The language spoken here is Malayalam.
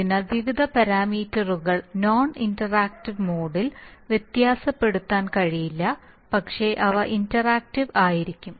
അതിനാൽ വിവിധ പാരാമീറ്ററുകൾ നോൺ ഇന്ററാക്ടീവ് മോഡിൽ വ്യത്യാസപ്പെടുത്താൻ കഴിയില്ല പക്ഷേ അവ ഇന്ററാക്ടീവ് ആയിരിക്കും